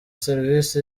serivisi